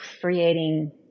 creating